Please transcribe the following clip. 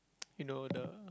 you know the